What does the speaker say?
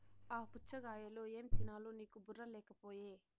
ఆ పుచ్ఛగాయలో ఏం తినాలో నీకు బుర్ర లేకపోయె